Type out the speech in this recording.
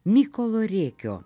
mykolo rėkio